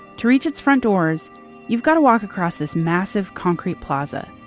to reach its front doors you've got to walk across this massive concrete plaza.